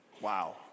Wow